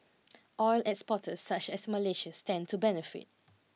oil exporters such as Malaysia stand to benefit